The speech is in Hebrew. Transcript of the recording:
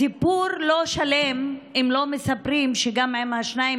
הסיפור לא שלם אם לא מספרים שעם השניים